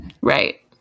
Right